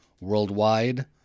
Worldwide